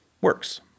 works